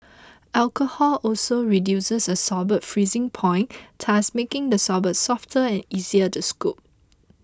alcohol also reduces a sorbet's freezing point thus making the sorbet softer and easier to scoop